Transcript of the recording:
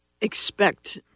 expect